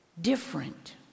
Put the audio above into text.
Different